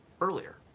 earlier